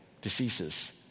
diseases